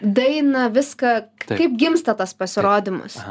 dainą viską kaip gimsta tas pasirodymas